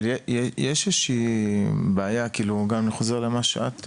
אבל יש איזושהי בעיה, אני חוזר למה שאת אמרת.